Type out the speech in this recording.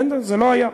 אין, זה לא היה.